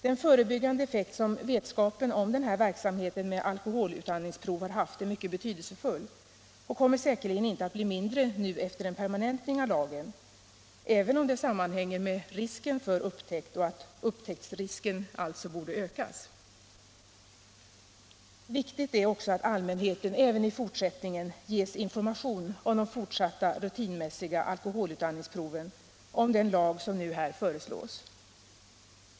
Den förebyggande effekt som vetskapen om den här verksamheten med alkoholutandningsprov har haft är mycket betydelsefull och kommer säkerligen inte att bli mindre nu efter en permanentning av lagen, även om det sammanhänger med risken för upptäckt och att upptäcktsrisken alltså borde ökas. Viktigt är också att allmänheten även i fortsättningen ges information om de fortsatta rutinmässiga alkoholutandningsproven och om den lag som nu föreslås.